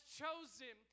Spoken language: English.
chosen